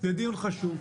זה דיון חשוב,